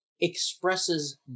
expresses